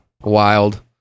wild